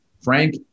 Frank